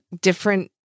different